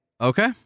Okay